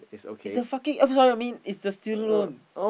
it's the fucking oh sorry sorry I mean it's the student loan